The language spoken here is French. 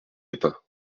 éteint